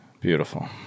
Beautiful